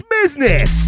business